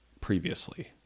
previously